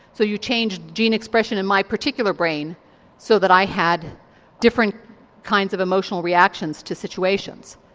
so you changed gene expression in my particular brain so that i had different kinds of emotional reactions to situations?